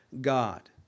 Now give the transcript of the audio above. God